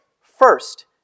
First